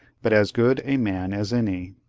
but as good a man as any.